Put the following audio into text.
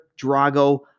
Drago